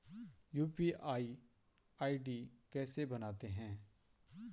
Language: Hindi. यु.पी.आई आई.डी कैसे बनाते हैं?